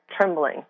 trembling